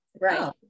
Right